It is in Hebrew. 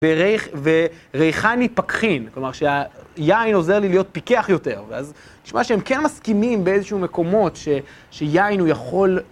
וריחני פקחין, כלומר שהיין עוזר לי להיות פיקח יותר אז נשמע שהם כן מסכימים באיזשהו מקומות שיין הוא יכול